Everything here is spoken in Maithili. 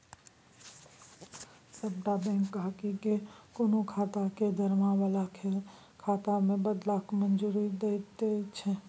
सभटा बैंक गहिंकी केँ कोनो खाता केँ दरमाहा बला खाता मे बदलबाक मंजूरी दैत छै